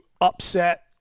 upset